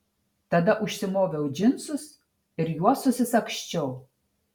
tada užsimoviau džinsus ir juos susisagsčiau